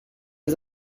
was